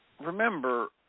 remember